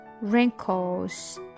wrinkles